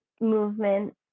movement